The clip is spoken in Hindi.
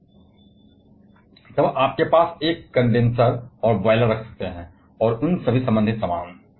तब आपके पास एक कंडेनसर और बॉयलर रख सकते हैं और उन सभी संबंधित सामान